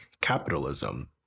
capitalism